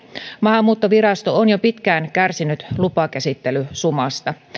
maahanmuuttovirasto on jo pitkään kärsinyt lupakäsittelysumasta